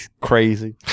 crazy